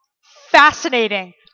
fascinating